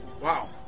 Wow